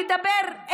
לדבר,